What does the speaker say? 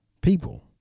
People